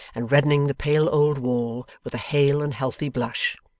and reddening the pale old wall with a hale and healthy blush.